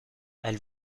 elle